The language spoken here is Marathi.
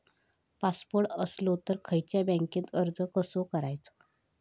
पासपोर्ट असलो तर खयच्या बँकेत अर्ज कसो करायचो?